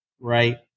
right